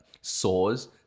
saws